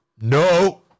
No